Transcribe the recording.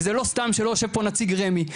וזה לא סתם שלא יושב פה נציג רמ"י,